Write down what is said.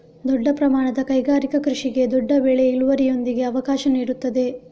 ದೊಡ್ಡ ಪ್ರಮಾಣದ ಕೈಗಾರಿಕಾ ಕೃಷಿಗೆ ದೊಡ್ಡ ಬೆಳೆ ಇಳುವರಿಯೊಂದಿಗೆ ಅವಕಾಶ ನೀಡುತ್ತದೆ